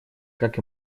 как